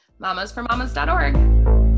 Mamasformamas.org